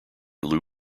lou